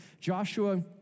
Joshua